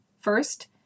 First